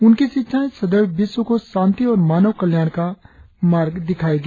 उनकी शिक्षाएं सदैव विश्व को शांति और मानव कल्याण का मार्ग दिखाएगी